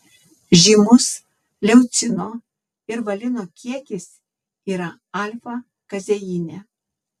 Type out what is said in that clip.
žymus leucino ir valino kiekis yra alfa kazeine